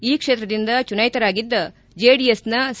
ಈ ಕ್ಷೇತ್ರದಿಂದ ಚುನಾಯಿತರಾಗಿದ್ದ ಜೆಡಿಎಸ್ನ ಸಿ